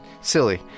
silly